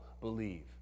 believe